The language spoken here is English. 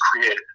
create